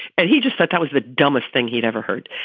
and he just said that was the dumbest thing he'd ever heard.